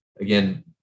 again